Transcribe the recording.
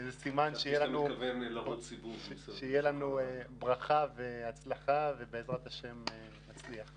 זה סימן שתהיה לנו ברכה והצלחה ובעזרת השם נצליח.